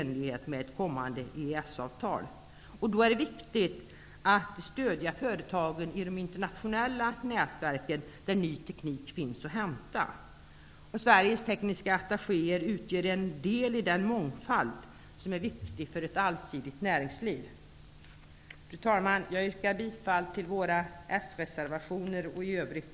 Det kan ske via anslaget